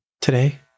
Today